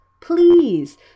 Please